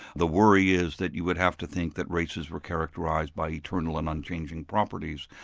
the worry is that you would have to think that races were characterised by eternal among changing properties.